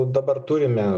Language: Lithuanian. dabar turime